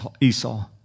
Esau